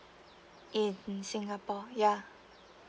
in singapore yeah